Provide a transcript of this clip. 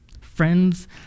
Friends